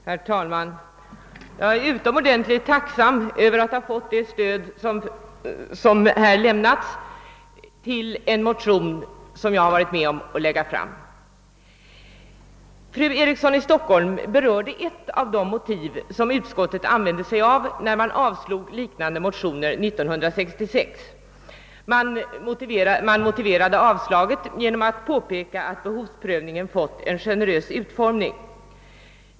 Herr talman! Jag är utomordentligt tacksam för det stöd som här har lämnats för en motion som jag har varit med om att lägga fram. Fru Eriksson i Stockholm berörde en av de motiveringar som utskottet använde sig av när riksdagen avslog liknande motioner 1966. Avslagsyrkandet motiverades med påpekandet att behovsprövningen fått en generös utformning.